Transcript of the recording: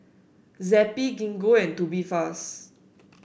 Zappy Gingko and Tubifast